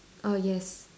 err yes